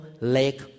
lake